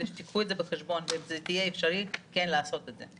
כדי שתקחו את זה בחשבון כן לעשות את זה.